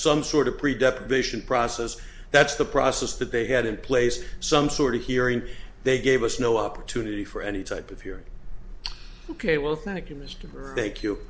some sort of predestination process that's the process that they had in place some sort of hearing they gave us no opportunity for any type of hearing ok well thank you